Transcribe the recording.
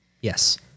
Yes